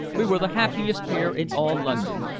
we were the happiest pair in all london.